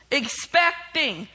expecting